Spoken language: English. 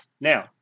Now